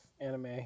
anime